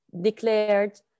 declared